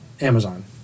Amazon